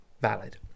valid